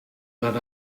that